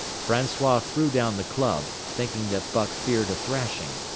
francois threw down the club, thinking that buck feared a thrashing.